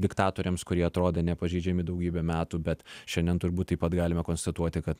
diktatoriams kurie atrodė nepažeidžiami daugybę metų bet šiandien turbūt taip pat galime konstatuoti kad